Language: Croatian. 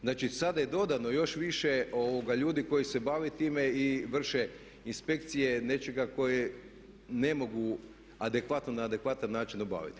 Znači, sada je dodano još više ljudi koji se bave time i vrše inspekcije nečega koje ne mogu adekvatno, na adekvatan način obaviti.